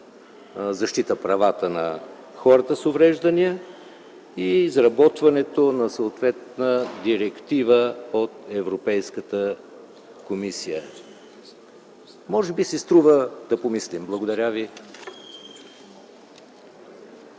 защита правата на хората с увреждания и изработването на съответна директива от Европейската комисия? Може би си струва да помислим. Благодаря ви.